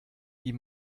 die